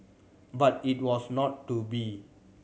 but it was not to be